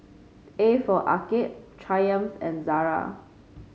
A for Arcade Triumph and Zara